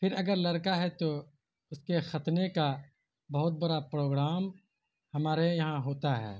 پھر اگر لڑکا ہے تو اس کے ختنے کا بہت بڑا پروگرام ہمارے یہاں ہوتا ہے